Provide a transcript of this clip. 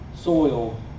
soil